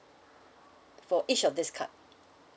for each of this card